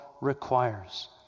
requires